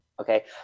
Okay